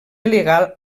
il·legal